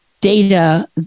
data